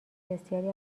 بسیاری